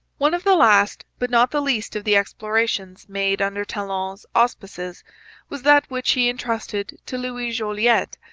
one of the last but not the least of the explorations made under talon's auspices was that which he entrusted to louis jolliet,